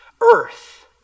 Earth